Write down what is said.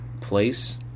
place